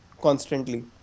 constantly